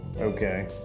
okay